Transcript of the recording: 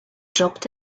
jobbt